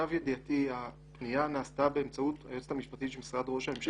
למיטב ידיעתי הפנייה נעשתה באמצעות היועצת המשפטית של משרד ראש הממשלה.